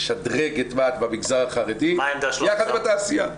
לשדרג את מה"ט במגזר החרדי יחד עם התעשייה.